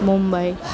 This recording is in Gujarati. મુંબઈ